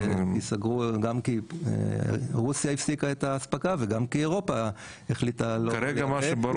גם כי רוסיה הפסיקה את האספקה וגם כי אירופה החליטה- -- מה שברור